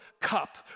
cup